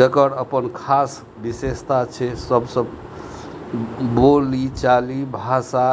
जेकर अपन खास विशेषता छै सबसँ बोली चाली भाषा